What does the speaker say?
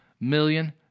million